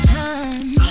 time